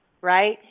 right